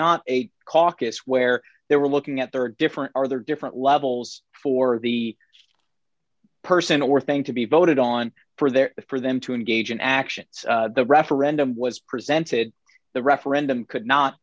not a caucus where they were looking at there are different are there different levels for the person or thing to be voted on for there for them to engage in actions the referendum was presented the referendum could not